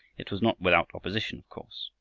it was not without opposition of course.